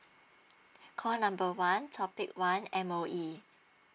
call number one topic one M_O_E